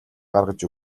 гаргаж